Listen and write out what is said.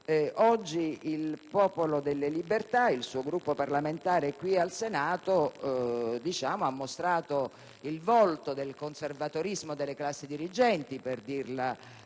Oggi il Popolo della Libertà, ed in particolare il suo Gruppo parlamentare qui in Senato, ha mostrato il volto del conservatorismo delle classi dirigenti - per dirla